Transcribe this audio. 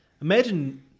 imagine